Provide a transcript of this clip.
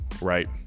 right